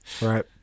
Right